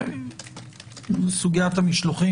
לגבי סוגיית המשלוחים,